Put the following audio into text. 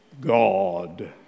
God